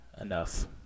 enough